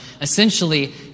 essentially